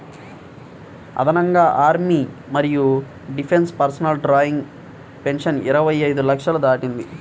అదనంగా ఆర్మీ మరియు defence personnel drawing pension ఇరవై ఐదు లక్షలు దాటింది